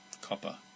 copper